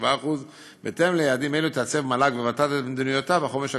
7%. בהתאם ליעדים אלה יעצבו מל"ג וות"ת את מדיניותן בחומש הקרוב,